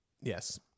Yes